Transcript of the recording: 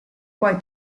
poi